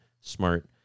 smart